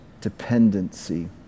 dependency